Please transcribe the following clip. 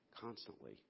constantly